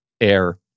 Air